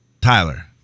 Tyler